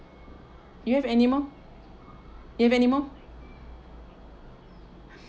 you have anymore you have anymore